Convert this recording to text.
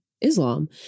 Islam